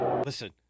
Listen